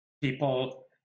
people